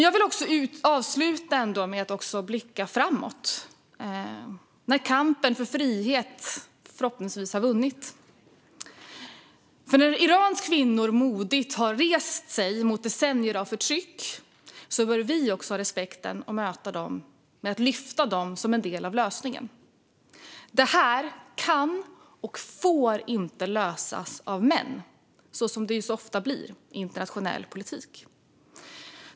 Jag vill avsluta med att blicka framåt. När kampen för frihet förhoppningsvis har vunnits efter att Irans kvinnor modigt rest sig mot decennier av förtryck bör vi också ha respekten att möta dem som en del av lösningen. Det här kan och får inte lösas av män, så som det så ofta blir i internationell politik.